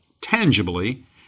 tangibly